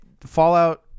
Fallout